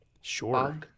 Sure